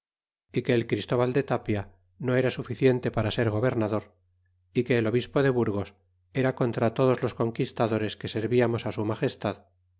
fi que el christóbal de tapia no era suficiente para ser gobernador é que el obispo de burgos era contra todos los conquistadores que serviarnos su magestad